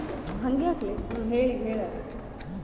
ಹತ್ತಿ ಬೆಳಿಗ ಎಷ್ಟ ಮಳಿ ಬೇಕ್ ರಿ?